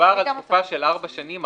מדובר על תקופה של ארבע שנים,